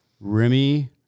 remy